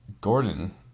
Gordon